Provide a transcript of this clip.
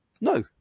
No